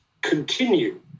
continue